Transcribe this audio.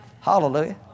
Hallelujah